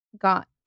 got